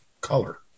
color